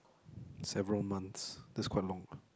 several months that's quite long